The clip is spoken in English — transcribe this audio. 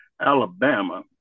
alabama